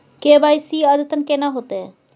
KYC अद्यतन केना होतै?